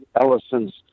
Ellison's